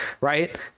right